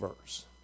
verse